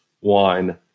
wine